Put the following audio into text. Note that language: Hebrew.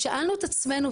שאלנו את עצמנו,